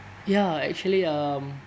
ya actually um